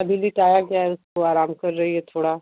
अभी भी टायर्ड है वो आराम कर रही है थोड़ा